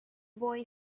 boy